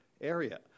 area